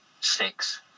six